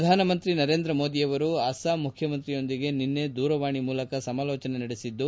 ಪ್ರಧಾನಿ ನರೇಂದ್ರ ಮೋದಿ ಅವರು ಅಸ್ಸಾಂ ಮುಖ್ಯಮಂತ್ರಿಯೊಂದಿಗೆ ನಿನ್ನೆ ದೂರವಾಣಿ ಮೂಲಕ ಸಮಾಲೋಚನೆ ನಡೆಸಿದ್ದು